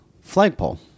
flagpole